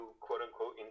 quote-unquote